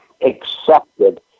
accepted